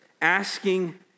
asking